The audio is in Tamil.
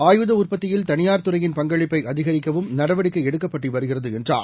ஆயுத உற்பத்தியில் தனியார் துறையின் பங்களிப்பை அதிகரிக்கவும் நடவடிக்கை எடுக்கப்பட்டு வருகிறது என்றார்